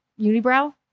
unibrow